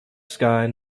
sky